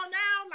now